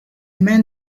man